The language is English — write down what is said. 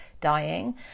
dying